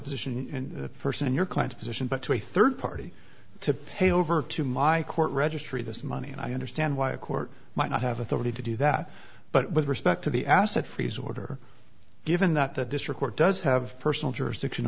position and the person in your client's position but to a third party to pay over to my court registry this money and i understand why a court might not have authority to do that but with respect to the asset freeze order given that the district court does have personal jurisdiction